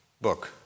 book